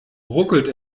ruckelt